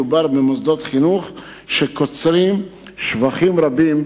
מדובר במוסדות חינוך שקוצרים שבחים רבים.